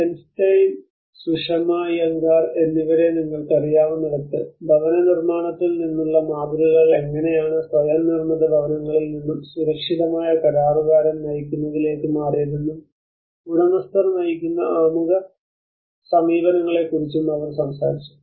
Bernstein Sushama Iyengar എന്നിവരെ നിങ്ങൾക്കറിയാവുന്നിടത്ത് ഭവന നിർമ്മാണത്തിൽ നിന്നുള്ള മാതൃകകൾ എങ്ങനെയാണ് സ്വയം നിർമ്മിത ഭവനങ്ങളിൽ നിന്നും സുരക്ഷിതമായ കരാറുകാരൻ നയിക്കുന്നതിലേക്ക് മാറിയതെന്നും ഉടമസ്ഥർ നയിക്കുന്ന ആമുഖ സമീപനങ്ങളെക്കുറിച്ചും അവർ സംസാരിച്ചു